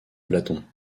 platon